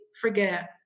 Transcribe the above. forget